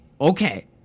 Okay